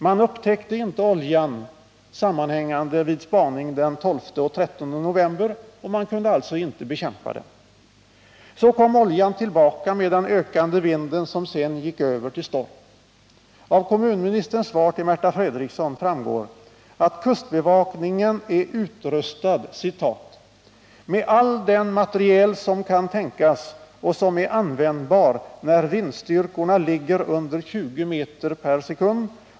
Man upptäckte inte oljan sammanhängande vid spaning den 12 och 13 november, och man kunde alltså inte bekämpa den. Så kom oljan tillbaka med den ökande vinden, som sedan gick över till storm. Av kommunministerns svar till Märta Fredrikson framgår, att kustbevakningen är utrustad ”med all den materiel som kan tänkas och som är användbar när vindstyrkorna ligger under 20 m/sek.